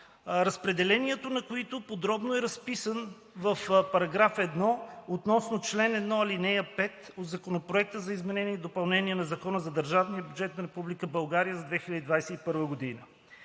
разпределението на който подробно е разписан в § 1 относно чл. 1, ал. 5 от Законопроекта за изменение и допълнение на Закона за държавния бюджет на Република България за 2021 г.